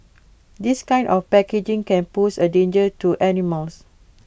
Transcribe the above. this kind of packaging can pose A danger to animals